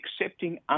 accepting